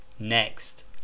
Next